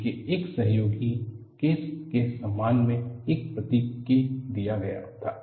उनके एक सहयोगी केस के सम्मान में एक प्रतीक K दिया गया था